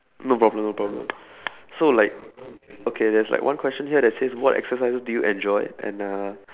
no problem no problem so like okay there's like one question here that says what exercises do you enjoy and uh